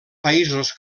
països